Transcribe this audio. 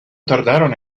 tardaron